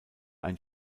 ein